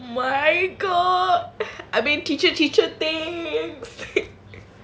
why got I been teacher teacher thing